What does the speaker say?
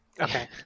okay